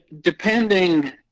Depending